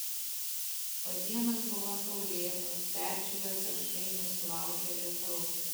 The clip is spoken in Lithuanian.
o dienos buvo saulėtos perdžiūvę daržai nesulaukė lietaus